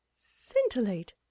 scintillate